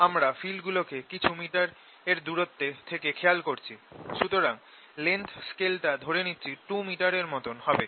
আমরা ফিল্ড গুলো কে কিছু মিটার এর দূরত্ব থেকে খেয়াল করছি সুতরাং লেংথ স্কেলটা ধরে নিচ্ছি 2 মিটারের মতন হবে